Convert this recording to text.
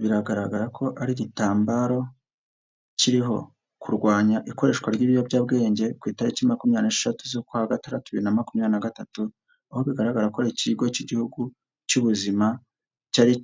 Biragaragara ko ari igitambaro kiriho kurwanya ikoreshwa ry'ibiyobyabwenge ku itariki makumyabiri na eshatu z'ukwa gatandatu bibiri na makumyabiri na gatatu aho bigaragara ko ari ikigo cy'igihugu cy'ubuzima cyari